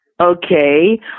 Okay